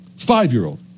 Five-year-old